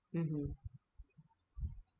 mmhmm